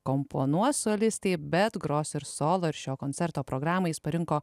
komponuos solistei bet gros ir solo ar šio koncerto programai jis parinko